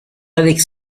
avec